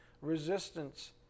resistance